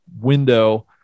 window